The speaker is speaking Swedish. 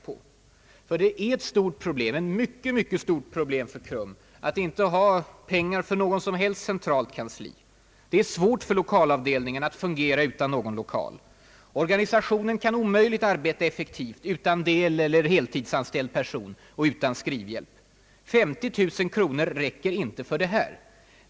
Det är ett mycket stort problem för KRUM att inte ha pengar för något centralt kansli. Det är svårt för lokalavdelningarna att fungera utan någon egen lokal. Organisationen kan omöjligt arbeta effektivt utan deleller heltidsanställd person eller utan skrivhjälp. För detta räcker inte 50 000 kronor.